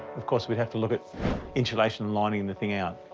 of course, we'd have to look at insulation, lining the thing out,